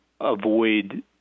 avoid